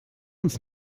uns